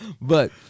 But-